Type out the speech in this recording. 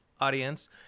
audience